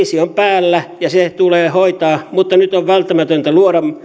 umpikujaan kriisi on päällä ja se tulee hoitaa mutta nyt on välttämätöntä luoda